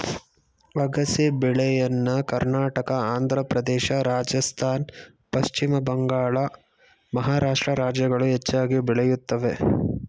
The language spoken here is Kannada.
ಅಗಸೆ ಬೆಳೆಯನ್ನ ಕರ್ನಾಟಕ, ಆಂಧ್ರಪ್ರದೇಶ, ರಾಜಸ್ಥಾನ್, ಪಶ್ಚಿಮ ಬಂಗಾಳ, ಮಹಾರಾಷ್ಟ್ರ ರಾಜ್ಯಗಳು ಹೆಚ್ಚಾಗಿ ಬೆಳೆಯುತ್ತವೆ